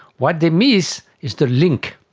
what they miss is the link,